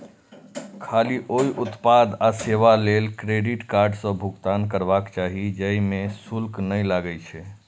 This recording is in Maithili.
खाली ओइ उत्पाद आ सेवा लेल क्रेडिट कार्ड सं भुगतान करबाक चाही, जाहि मे शुल्क नै लागै छै